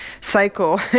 cycle